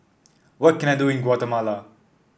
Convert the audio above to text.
what can I do in Guatemala